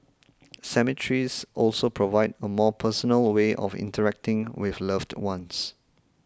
cemeteries also provide a more personal way of interacting with loved ones